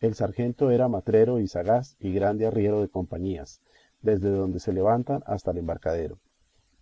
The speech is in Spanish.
el sargento era matrero y sagaz y grande arriero de compañías desde donde se levantan hasta el embarcadero